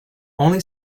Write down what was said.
only